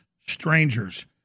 strangers